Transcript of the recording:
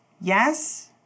Yes